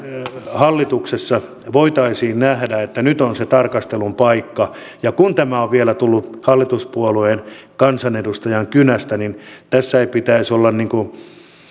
hallituksessa voitaisiin nähdä että nyt on se tarkastelun paikka ja kun tämä on vielä tullut hallituspuolueen kansanedustajan kynästä niin tässä ei pitäisi olla